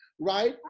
right